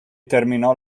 terminò